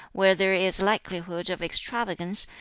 where there is likelihood of extravagance,